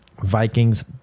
Vikings